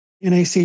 NAC